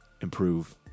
improve